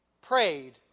prayed